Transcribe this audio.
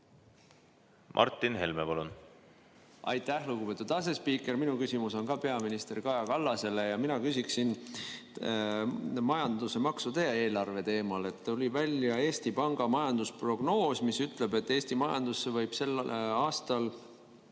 Martin Helme, palun! Lugupeetud asespiiker! Minu küsimus on ka peaminister Kaja Kallasele ja mina küsin majanduse, maksude ja eelarve teemal. Tuli välja Eesti Panga majandusprognoos, mis ütleb, et Eesti majandus võib sel aastal